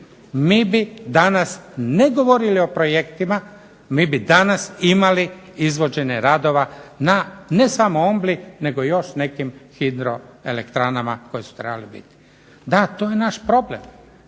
mi bi danas ne govorili o projektima, mi bi danas imali izvođenje radova na ne samo Ombli nego još nekim hidroelektranama koje su trebale biti. Da, to je naš problem.